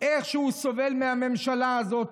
איך שהוא סובל מהממשלה הזאת,